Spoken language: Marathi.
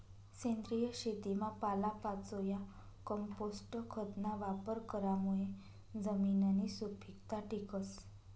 सेंद्रिय शेतीमा पालापाचोया, कंपोस्ट खतना वापर करामुये जमिननी सुपीकता टिकस